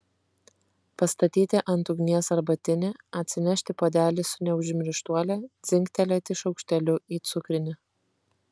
pastatyti ant ugnies arbatinį atsinešti puodelį su neužmirštuole dzingtelėti šaukšteliu į cukrinę